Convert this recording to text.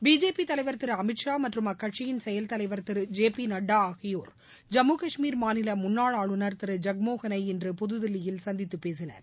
BJP தலைவர் திரு அமித் ஷா மற்றும் அக்கட்சியின் செயல் தலைவர் திரு ஜெ பி நட்டா ஆகியோர் ஜம்மு காஷ்மீர் மாநில முன்னாள் ஆளுநர் திரு ஜக்மோகளை இன்று புதுதில்லியில் சந்தித்துப் பேசினர்